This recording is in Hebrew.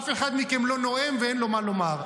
אף אחד מכם לא נואם ואין לו מה לומר.